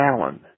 Allen